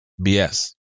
BS